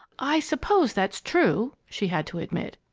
i suppose that's true, she had to admit.